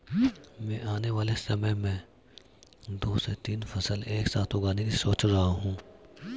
मैं आने वाले समय में दो से तीन फसल एक साथ उगाने की सोच रहा हूं